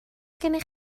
gennych